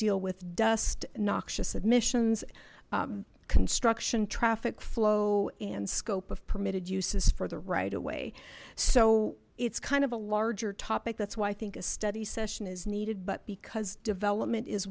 deal with dust noxious admissions construction traffic flow and scope of permitted uses for the right away so it's kind of a larger topic that's why i think a study session is needed but because development is